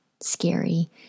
scary